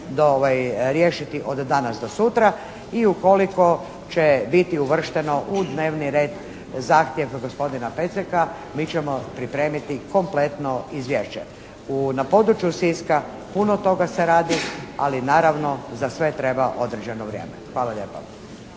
riješiti od danas do sutra i ukoliko će biti uvršteno u dnevni red zahtjev gospodina Peceka mi ćemo pripremiti kompletno izvješće. Na području Siska puno toga se radi ali naravno za sve treba određeno vrijeme. Hvala lijepa.